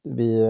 vi